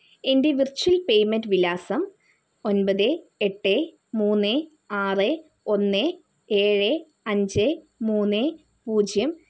എൻ്റെ virtual payment വിലാസം ഒൻപത് എട്ട് മൂന്ന് ആറ് ഒന്ന് ഏഴ് അഞ്ച് മൂന്ന് പൂജ്യം